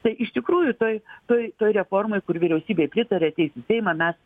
tai iš tikrųjų toj toj toj reformoj kur vyriausybė pritarė ateis į seimą mes